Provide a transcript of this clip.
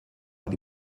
eine